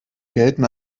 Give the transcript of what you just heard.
gelten